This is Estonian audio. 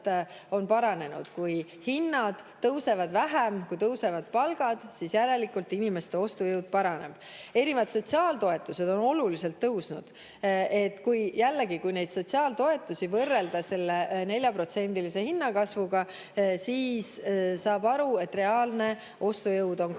on paranenud. Kui hinnad tõusevad vähem kui palgad, siis järelikult inimeste ostujõud paraneb. Erinevad sotsiaaltoetused on oluliselt tõusnud. Jällegi, kui sotsiaaltoetusi võrrelda selle 4%-lise hinnakasvuga, siis saab aru, et reaalne ostujõud on kasvanud